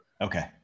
Okay